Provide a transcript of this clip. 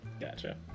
Gotcha